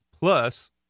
Plus